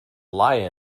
lie